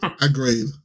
Agreed